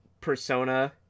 persona